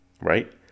Right